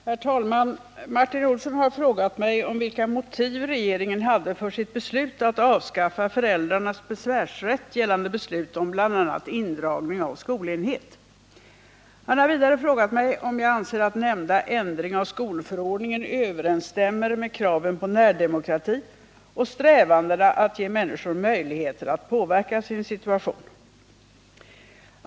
Herr talman! Martin Olsson har frågat mig vilka motiv regeringen hade för sitt beslut att avskaffa föräldrarnas besvärsrätt gällande beslut om bl.a. indragning av skolenhet. Han har vidare frågat mig om jag anser att nämnda ändring av skolförordningen överensstämmer med kraven på närdemokrati och strävandena att ge människor möjligheter att påverka sin situation.